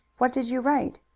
what did you write?